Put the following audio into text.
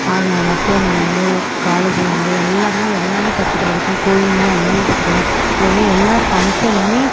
மருத்துவமனையில் இருந்து காலேஜ்ல இருந்து எல்லாமே எல்லாமே பக்கத்தில் இருக்கும் கோயில்லாம் எல்லாமே பக்கத்தில் அதே மாதிரி எல்லா ஃபங்க்ஷனுமே